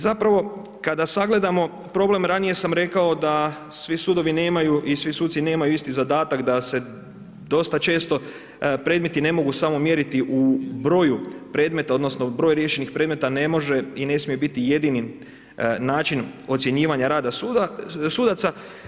Zapravo kada sagledamo problem ranije sam rekao da svi sudovi nemaju i svi suci nemaju isti zadatak da se dosta često predmeti ne mogu samo mjeriti u broju predmeta odnosno riješenih predmeta ne može i ne smije biti jedini način ocjenjivanja rada sudaca.